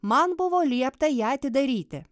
man buvo liepta ją atidaryti